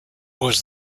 was